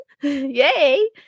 Yay